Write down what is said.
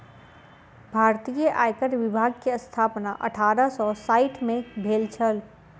भारतीय आयकर विभाग के स्थापना अठारह सौ साइठ में भेल छल